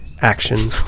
action